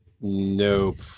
Nope